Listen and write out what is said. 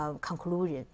conclusion